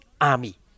army